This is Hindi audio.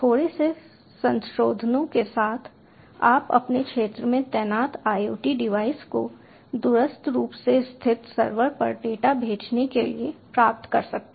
थोड़े से संशोधनों के साथ आप अपने क्षेत्र में तैनात IoT डिवाइस को दूरस्थ रूप से स्थित सर्वर पर डेटा भेजने के लिए प्राप्त कर सकते हैं